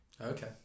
Okay